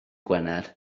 gwener